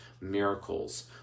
miracles